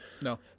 No